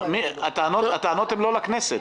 הטענות הן לא לכנסת.